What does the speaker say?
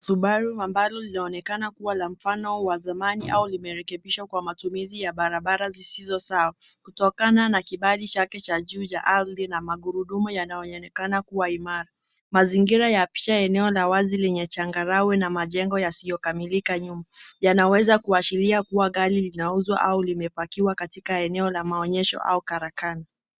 Subaru ambalo linaonekana kuwa la mfano wa zamani au limerekebishwa kwa matumizi ya barabara zisizo sawa. Kutokana na kibari chake cha juu ya ardhi na magurudumu yanayo onekana kuwa imara. Mazingira ya picha eneo la wazi lenye changarawe na majengo yasiyo kamilika nyuma. Yanaweza kuashiria kuwa gari linauzwa au limepakiwa katika eneo la maonyesho au karakani.